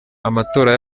amatora